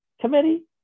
committee